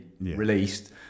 released